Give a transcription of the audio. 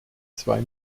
zwei